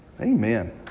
Amen